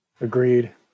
Agreed